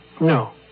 No